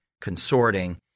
consorting